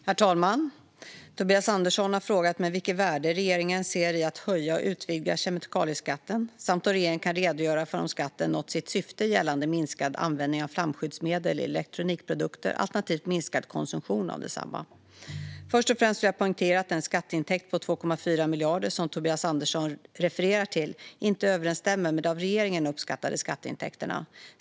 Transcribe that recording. Herr talman! har frågat mig vilket värde regeringen ser i att höja och utvidga kemikalieskatten samt om regeringen kan redogöra för om skatten nått sitt syfte gällande minskad användning av flamskyddsmedel i elektronikprodukter, alternativt minskad konsumtion av desamma. Först och främst vill jag poängtera att den skatteintäkt på 2,4 miljarder som Tobias Andersson refererar till inte överensstämmer med de av regeringen uppskattade skatteintäkterna.